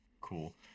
cool